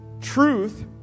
truth